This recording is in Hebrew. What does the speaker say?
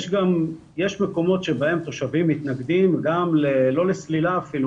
יש מקומות שבהם תושבים מתנגדים לא לסלילה אפילו,